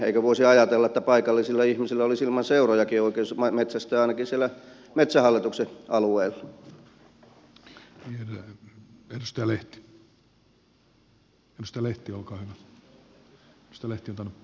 eikö voisi ajatella että paikallisilla ihmisillä olisi ilman seurojakin oikeus metsästää ainakin siellä metsähallituksen alueilla